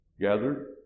Gathered